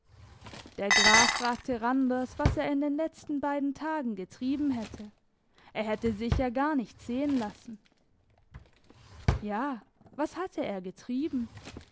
der graf fragte randers was er in den letzten beiden tagen getrieben hätte er hätte sich ja gar nicht sehen lassen ja was hatte er getrieben